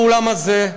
באולם הזה,